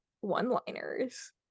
one-liners